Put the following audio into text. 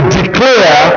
declare